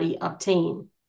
obtain